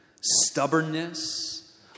stubbornness